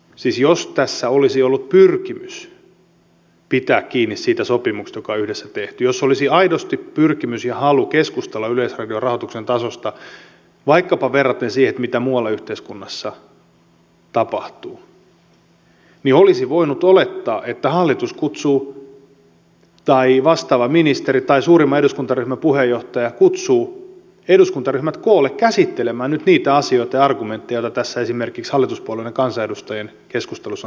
siis jos tässä olisi ollut pyrkimys pitää kiinni siitä sopimuksesta joka yhdessä on tehty jos olisi aidosti pyrkimys ja halu keskustella yleisradion rahoituksen tasosta vaikkapa verraten siihen mitä muualla yhteiskunnassa tapahtuu niin olisi voinut olettaa että hallitus tai vastaava ministeri tai suurimman eduskuntaryhmän puheenjohtaja kutsuu eduskuntaryhmät koolle käsittelemään nyt niitä asioita ja argumentteja joita tässä esimerkiksi hallituspuolueiden kansanedustajien keskustelussa on tullut esiin